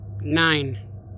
Nine